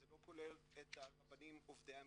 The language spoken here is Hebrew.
זה לא כולל את הרבנים עובדי המדינה.